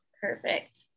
Perfect